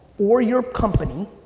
or your company,